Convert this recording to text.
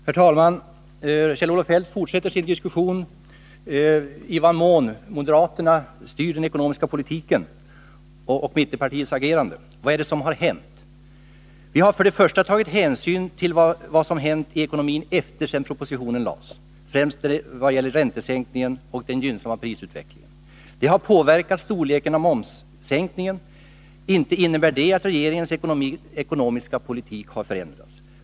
Herr talman! Kjell-Olof Feldt fortsätter sin argumentation om i vad mån moderaterna styr den ekonomiska politiken och mittenpartiernas agerande. Vad är det som har hänt? Vi har för det första tagit hänsyn till vad som hänt i ekonomin efter det att propositionen lades fram, främst i vad gäller räntesänkningen och den gynnsamma prisutvecklingen, Det har påverkat storleken av momssänkningen. Inte innebär det att regeringens ekonomiska politik har förändrats.